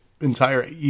entire